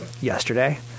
yesterday